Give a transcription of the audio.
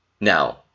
Now